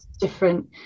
different